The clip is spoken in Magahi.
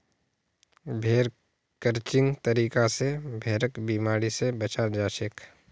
भेड़ क्रचिंग तरीका स भेड़क बिमारी स बचाल जाछेक